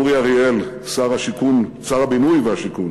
אורי אריאל, שר הבינוי והשיכון,